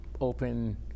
open